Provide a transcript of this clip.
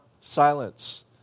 silence